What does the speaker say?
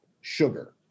sugar